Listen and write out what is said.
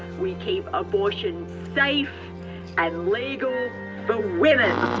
we keep abortion safe and legal for women!